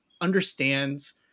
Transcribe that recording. understands